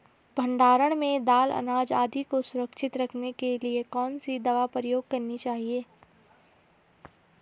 भण्डारण में दाल अनाज आदि को सुरक्षित रखने के लिए कौन सी दवा प्रयोग करनी चाहिए?